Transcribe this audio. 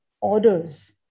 orders